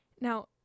Now